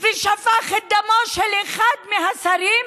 ושפך את דמו של אחד מהשרים?